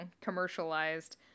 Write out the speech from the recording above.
commercialized